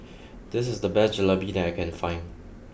this is the best Jalebi that I can find